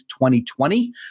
2020